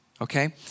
Okay